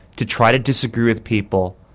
to try to disagree with people,